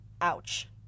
Ouch